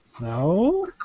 No